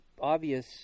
obvious